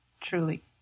truly